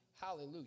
Hallelujah